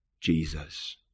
Jesus